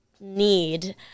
need